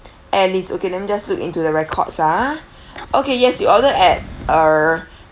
alice okay let me just look into the records ah okay yes you ordered at uh